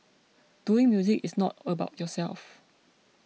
doing music is not about yourself